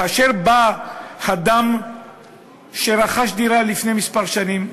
כאשר בא אדם שרכש דירה לפני כמה שנים,